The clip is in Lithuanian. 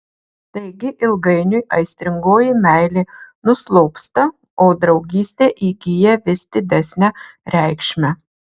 taigi ilgainiui aistringoji meilė nuslopsta o draugystė įgyja vis didesnę reikšmę